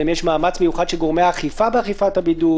האם יש מאמץ מיוחד של גורמי האכיפה באכיפת הבידוד?